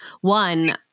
one